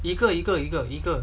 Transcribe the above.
一个一个一个一个